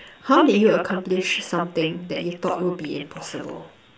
how did you accomplish something that you thought would be impossible